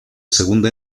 segunda